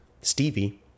Stevie